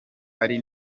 ari